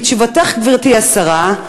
מתשובתך, גברתי השרה,